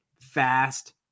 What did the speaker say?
fast